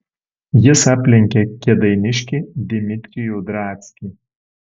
jis aplenkė kėdainiškį dimitrijų drackį